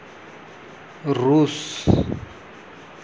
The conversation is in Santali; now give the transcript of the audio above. ᱨᱩᱥ